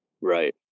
Right